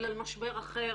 בגלל משבר אחר,